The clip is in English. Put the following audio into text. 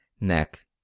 neck